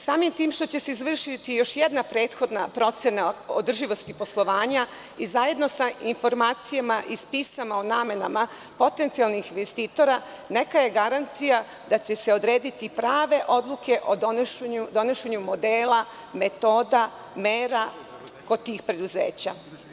Samim tim što će se izvršiti još jedna prethodna procena održivosti poslovanja i zajedno sa informacijama iz pisama o namenama potencijalnih investitora, neka je garancija da će se odrediti prave odluke o donošenju modela, metoda, mera kod tih preduzeća.